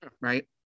right